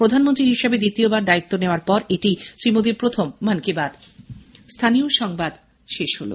প্রধানমন্ত্রী হিসেবে দ্বিতীয়বার দায়িত্ব নেওয়ার পর এটিই শ্রী মোদির প্রথম মন কি বাত